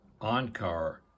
Ankar